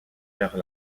vers